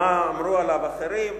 מה אמרו עליו אחרים,